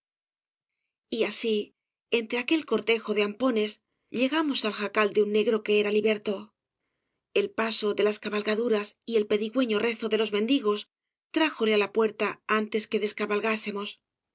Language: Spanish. y así entre aquel cortejo de hampones llegamos al jacal de un negro que era liberto el paso de las cabalgaduras y el pedigüeño rezo de los mendigos trájole á la puerta antes que